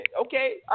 Okay